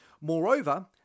Moreover